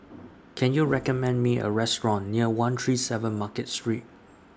Can YOU recommend Me A Restaurant near one three seven Market Street